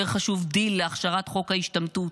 יותר חשוב דיל להכשרת חוק ההשתמטות.